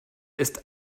ist